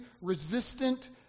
resistant